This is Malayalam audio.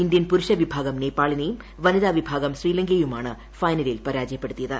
ഇന്ത്യൻ പുരുഷ വിഭാഗം നേപ്പാളിനെയും വനിതാ വ്വിഭാഗ്ഗ്ര് ശ്രീലങ്കയെയുമാണ് ഫൈനലിൽ പരാജയപ്പെടുത്തിയത്